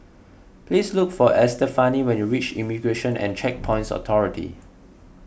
please look for Estefani when you reach Immigration and Checkpoints Authority